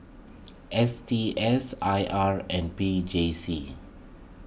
S T S I R and P J C